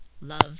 Love